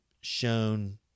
shown